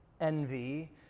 envy